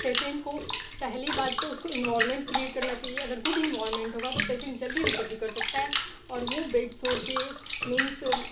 patient को पहली बात तो उसको इंवॉरमेंट क्रिएट करना चहिए अगर गुड इंवाॅर्मेंट होगा तो पेसेन्ट जल्दी रिकवरी कर सकता है और वो बेड शोर से मीन्स